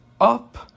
up